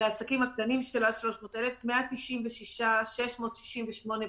לעסקים קטנים, של עד 300,000 196,668 בקשות,